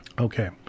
Okay